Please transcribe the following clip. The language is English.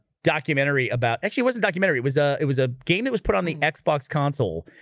documentary about actually wasn't documentary. it was a it was a game that was put on the xbox console,